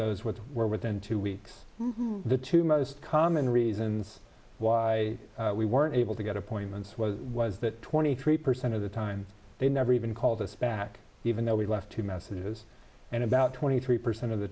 those which were within two weeks the two most common reasons why we weren't able to get appointments well was that twenty three percent of the time they never even called us back even though we left two messages and about twenty three percent of the